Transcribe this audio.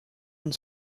and